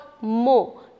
more